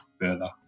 further